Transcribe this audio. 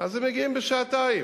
כי יש הרבה חולים,